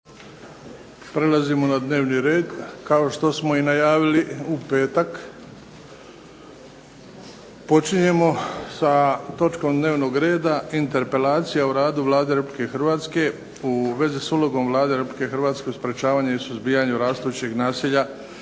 Prelazimo na dnevni red. Kao što smo i najavili u petak počinjemo sa točkom dnevnog reda - Interpelacija o radu Vlade Republike Hrvatske, u vezi s ulogom Vlade Republike Hrvatske u sprečavanju i suzbijanju rastućeg nasilja,